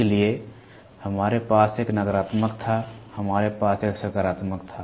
इसलिए हमारे पास एक नकारात्मक था हमारे पास एक सकारात्मक था